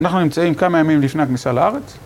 אנחנו נמצאים כמה ימים לפני הכניסה לארץ